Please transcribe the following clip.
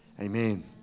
Amen